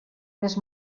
més